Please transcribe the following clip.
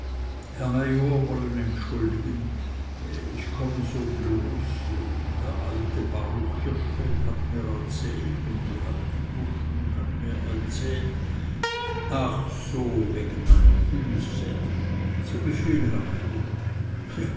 major wollen entschuldigen ich komme so bloß der alte baruch hirschfeld hat mir erzählt und die alte buschen hat mir erzählt ach so von wegen meiner füße zu befehl herr